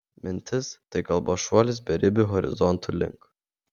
mintis tai kalbos šuolis beribių horizontų link